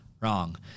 Wrong